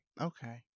okay